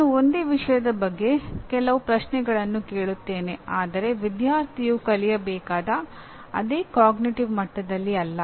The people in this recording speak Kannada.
ನಾನು ಒಂದೇ ವಿಷಯದ ಬಗ್ಗೆ ಕೆಲವು ಪ್ರಶ್ನೆಗಳನ್ನು ಕೇಳುತ್ತೇನೆ ಆದರೆ ವಿದ್ಯಾರ್ಥಿಯು ಕಲಿಯಬೇಕಾದ ಅದೇ ಅರಿವಿನ ಮಟ್ಟದಲ್ಲಿ ಅಲ್ಲ